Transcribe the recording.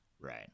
Right